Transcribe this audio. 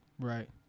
Right